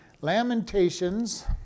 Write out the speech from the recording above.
Lamentations